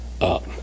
up